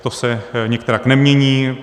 To se nikterak nemění.